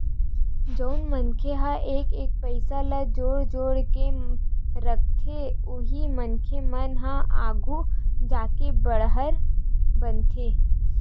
जउन मनखे ह एक एक पइसा ल जोड़ जोड़ के रखथे उही मनखे मन ह आघु जाके बड़हर बनथे